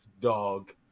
dog